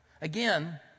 Again